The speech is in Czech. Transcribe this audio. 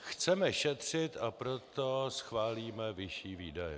Chceme šetřit, a proto schválíme vyšší výdaje.